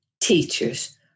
teachers